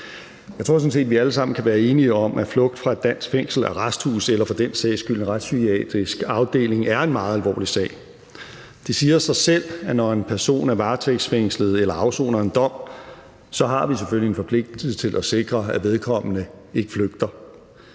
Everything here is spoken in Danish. set, at vi alle sammen kan være enige om, at flugt fra et dansk fængsel, danske arresthuse eller for den sags skyld en retspsykiatrisk afdeling er en meget alvorlig sag. Det siger sig selv, at når en person er varetægtsfængslet eller afsoner en dom, har vi selvfølgelig en forpligtelse til at sikre, at vedkommende ikke flygter.